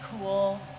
cool